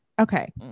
Okay